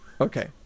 Okay